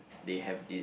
they have this